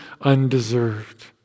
undeserved